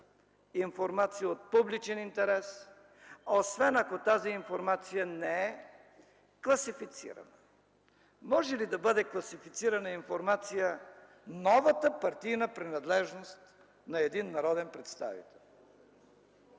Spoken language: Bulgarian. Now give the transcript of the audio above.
информация от публичен интерес, освен ако тази информация не е класифицирана. Може ли да бъде класифицирана информация новата партийна принадлежност на един народен представител?